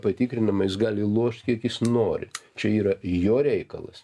patikrinama jis gali lošt kiek jis nori čia yra jo reikalas